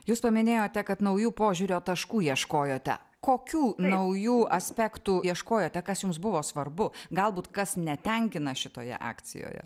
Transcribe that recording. jūs paminėjote kad naujų požiūrio taškų ieškojote kokių naujų aspektų ieškojote kas jums buvo svarbu galbūt kas netenkina šitoje akcijoje